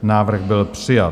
Návrh byl přijat.